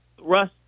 Russ